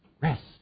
Rest